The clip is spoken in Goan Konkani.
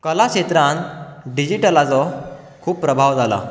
कला क्षेत्रांत डिजीटलाचो खूब प्रभाव जाला